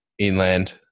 Inland